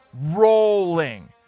Rolling